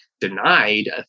denied